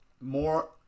more